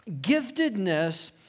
giftedness